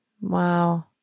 Wow